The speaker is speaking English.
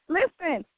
Listen